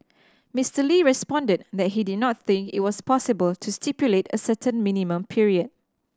Mister Lee responded that he did not think it was possible to stipulate a certain minimum period